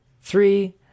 three